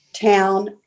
town